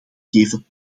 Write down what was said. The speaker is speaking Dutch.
geven